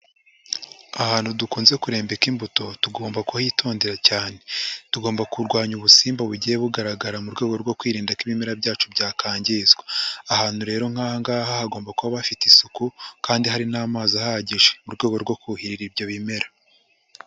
Ahantu dukunze kurembeka imbuto tugomba kuhitondera cyane, tugomba kurwanya ubusimba bugiye bugaragara mu rwego rwo kwirinda ko ibimera byacu byakangizwa, ahantu rero nk'aha ngaha hagomba kuba hafite isuku kandi hari n'amazi ahagije mu rwego rwo kuhira ibyo bimera.